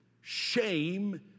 shame